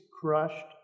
crushed